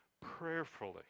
prayerfully